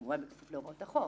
כמובן, כפוף להוראות החוק.